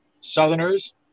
Southerners